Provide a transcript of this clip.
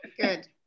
Good